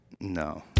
no